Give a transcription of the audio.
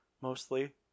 Mostly